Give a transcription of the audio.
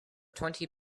twenty